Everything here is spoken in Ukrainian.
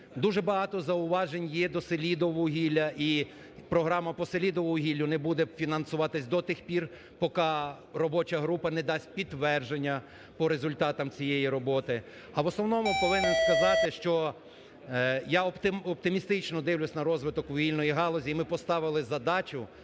Дуже багато зауважень є до "Селидіввугілля", і програма по "Селидіввугіллю" не буде фінансуватись до тих пір, поки робоча група не дасть підтвердження по результатах цієї роботи. А в основному повинен сказати, що я оптимістично дивлюсь на розвиток вугільної галузі. І ми поставили задачу